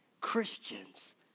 Christians